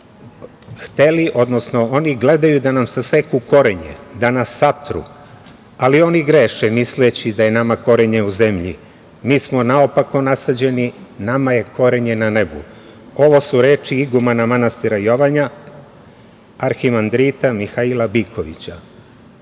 neprijatelji. Oni gledaju da nam saseku korenje, da nas satru, ali oni greše misleći da je nama korenje u zemlji. Mi smo naopako nasađeni, nama je korenje na nebu. Ovo su reči igumana manastira Jovanja, Arhimandrita Mihaila Bikovića.